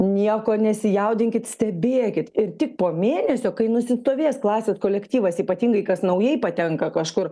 nieko nesijaudinkit stebėkit ir tik po mėnesio kai nusistovės klasės kolektyvas ypatingai kas naujai patenka kažkur